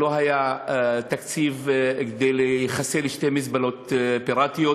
לא היה תקציב כדי לחסל שתי מזבלות פיראטיות,